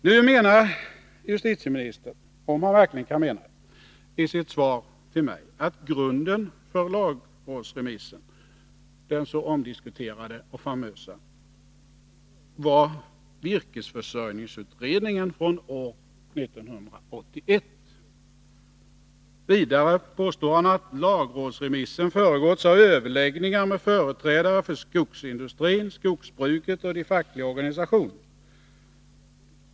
Nu påstår justitieministern i sitt svar till mig, om han verkligen kan mena det, att grunden för den så omdiskuterade och famösa lagrådsremissen var virkesförsörjningsutredningen från år 1981. Vidare påstår han att lagrådsremissen har föregåtts av överläggningar med företrädare för skogsindustrin, skogsbruket och de fackliga organisationerna.